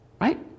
Right